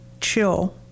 chill